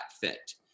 fit